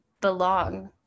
belong